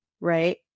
Right